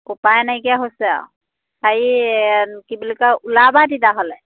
উপায় নাইকিয়া হৈছে আৰু হেৰি কি বুলি কয় ওলাবা তেতিয়া হ'লে